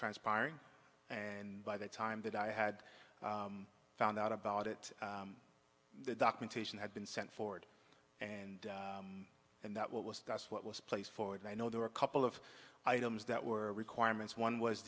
transpiring and by the time that i had found out about it the documentation had been sent forward and and that what was what was placed forward i know there are a couple of items that were requirements one was